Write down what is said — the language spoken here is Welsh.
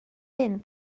hyn